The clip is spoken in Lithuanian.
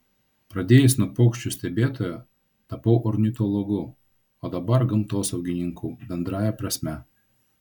pradėjęs nuo paukščių stebėtojo tapau ornitologu o dabar gamtosaugininku bendrąja prasme